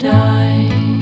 die